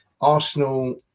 Arsenal